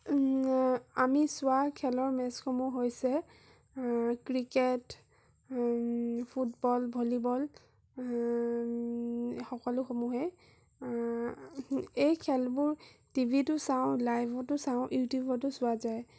আমি চোৱা খেলৰ মেচসমূহ হৈছে ক্ৰিকেট ফুটবল ভলিবল সকলোসমূহেই এই খেলবোৰ টি ভিটো চাওঁ লাইভতো চাওঁ ইউটিউবতো চোৱা যায়